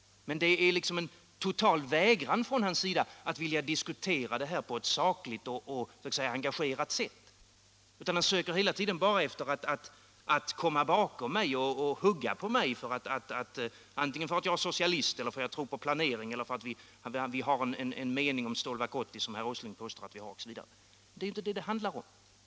Men det är liksom en total vägran från hans sida att diskutera frågan på ett sakligt och engagerat sätt. Han söker bara hela tiden att komma bakom mig och hugga på mig, antingen därför att jag är socialist, därför att jag tror på planering eller därför att vi har en av herr Åsling påstådd mening om Stålverk 80. Men det är inte det det handlar om.